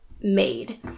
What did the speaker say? made